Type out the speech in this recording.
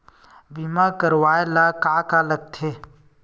बीमा करवाय ला का का लगथे?